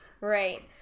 Right